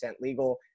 legal